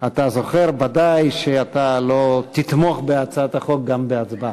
אתה זוכר ודאי שאתה לא תתמוך בהצעת החוק גם בהצבעה.